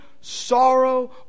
sorrow